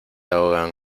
ahogan